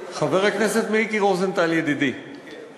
חבר הכנסת מיקי רוזנטל, ידידי, רבותי